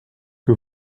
que